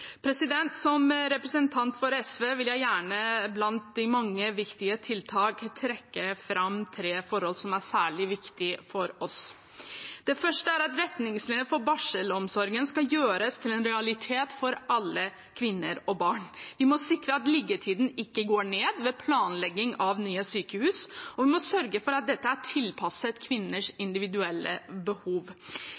Som representant for SV vil jeg blant de mange viktige tiltakene gjerne trekke fram tre forhold som er særlig viktige for oss. Det første er at retningslinjene for barselomsorgen skal gjøres til en realitet for alle kvinner og barn. Vi må sikre at liggetiden ikke går ned ved planlegging av nye sykehus, og vi må sørge for at dette er tilpasset kvinners individuelle behov. I